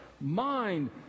mind